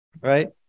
right